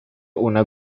una